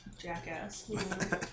jackass